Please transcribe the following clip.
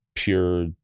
pure